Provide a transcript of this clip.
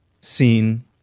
seen